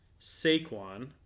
Saquon